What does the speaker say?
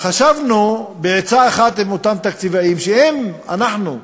חשבנו בעצה אחת עם אותם תקציבאים שאם אנחנו,